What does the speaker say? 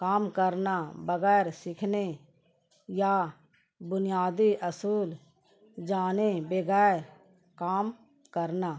کام کرنا بغیر سیکھنے یا بنیادی اصول جانے بغیر کام کرنا